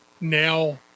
now